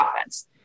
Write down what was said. offense